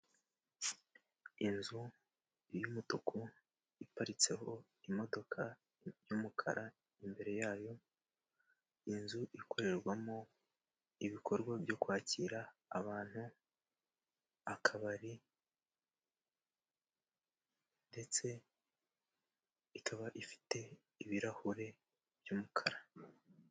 Inzu y'umutuku iparitseho imodoka y'umukara imbere yayo. Inzu ikorerwamo ibikorwa byo kwakira abantu akabari, ndetse ikaba ifite ibirahure by'umukara.